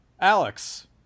Alex